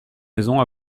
maisons